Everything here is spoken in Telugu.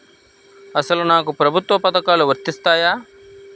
అసలు నాకు ప్రభుత్వ పథకాలు వర్తిస్తాయా?